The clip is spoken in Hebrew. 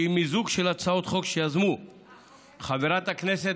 לקריאה שנייה